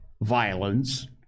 violence